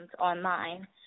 online